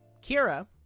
Kira